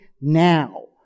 now